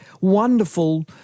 wonderful